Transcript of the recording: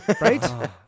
right